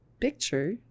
picture